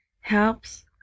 helps